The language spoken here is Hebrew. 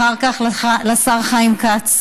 אחר כך, לשר חיים כץ,